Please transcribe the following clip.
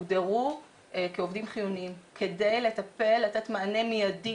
הוגדרו כעובדים חיוניים כדי לתת מענה מיידי,